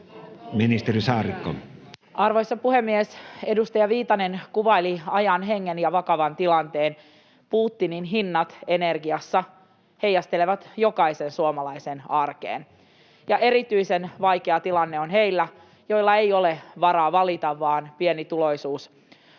Ministeri Saarikko. Arvoisa puhemies! Edustaja Viitanen kuvaili ajan hengen ja vakavan tilanteen. Putinin hinnat energiassa heijastelevat jokaisen suomalaisen arkeen. Erityisen vaikea tilanne on heillä, joilla ei ole varaa valita, vaan pienituloisuus